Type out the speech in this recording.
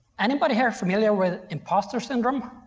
anybody here familiar with imposter syndrome?